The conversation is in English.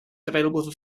available